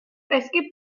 escape